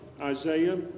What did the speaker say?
Isaiah